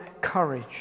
courage